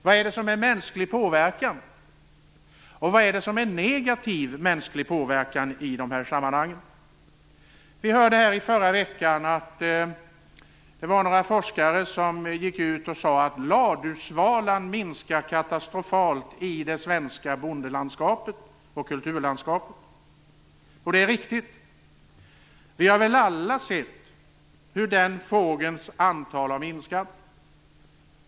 Vad är det som är mänsklig påverkan? Vad är det som är negativ mänsklig påverkan i de här sammanhangen. I förra veckan hörde vi att några forskare gick ut och sade att ladusvalan minskar katastrofalt i det svenska bondelandskapet och kulturlandskapet, och det är riktigt. Vi har väl alla sett hur den fågeln har minskat i antal.